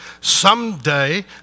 Someday